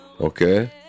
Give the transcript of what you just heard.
Okay